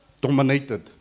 dominated